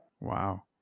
Wow